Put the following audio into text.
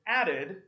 added